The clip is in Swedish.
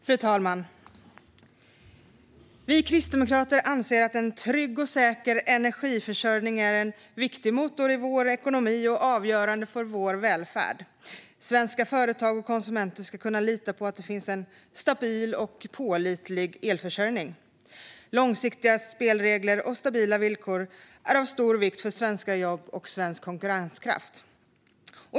Fru talman! Vi kristdemokrater anser att en trygg och säker energiförsörjning är en viktig motor i vår ekonomi och avgörande för vår välfärd. Svenska företag och konsumenter ska kunna lita på att det finns en stabil och pålitlig elförsörjning. Långsiktiga spelregler och stabila villkor är av stor vikt för svenska jobb och svensk konkurrenskraft.